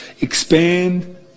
Expand